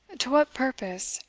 to what purpose?